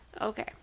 Okay